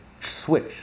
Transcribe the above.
switch